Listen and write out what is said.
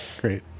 Great